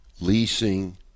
leasing